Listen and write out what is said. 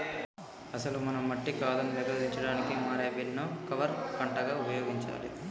అసలు మనం మట్టి కాతాను నిరోధించడానికి మారే బీన్ ను కవర్ పంటగా ఉపయోగించాలి